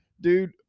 Dude